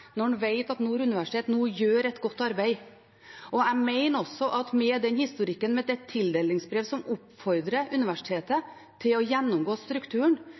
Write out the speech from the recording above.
når en vet at Nord universitet nå gjør et godt arbeid. Jeg mener også at med den historikken, med det tildelingsbrevet som oppfordrer universitet til å gjennomgå strukturen,